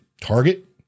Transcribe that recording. Target